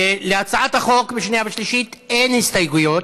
להצעת החוק בקריאה שנייה ושלישית אין הסתייגויות,